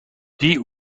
die